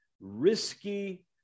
risky